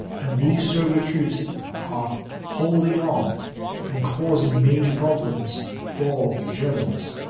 and these soviet troops are holding on and causing major problems for the germans.